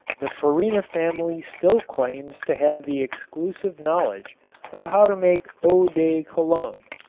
the farina family still claims to have the exclusive knowledge of how to make eau de cologne.